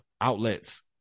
outlets